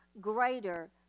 greater